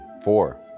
Four